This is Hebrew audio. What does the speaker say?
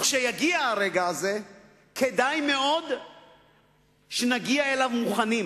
וכשיגיע הרגע הזה כדאי מאוד שנגיע אליו מוכנים,